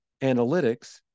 analytics